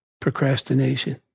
Procrastination